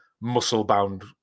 muscle-bound